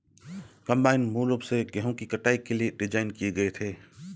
combine मूल रूप से गेहूं की कटाई के लिए डिज़ाइन किए गए थे